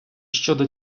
щодо